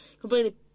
completely